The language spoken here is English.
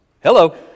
Hello